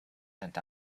sent